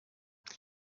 muri